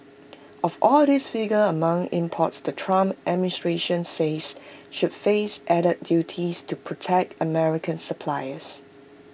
of all these figure among imports the Trump administration says should face added duties to protect American suppliers